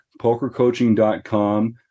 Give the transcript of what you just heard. PokerCoaching.com